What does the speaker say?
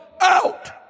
out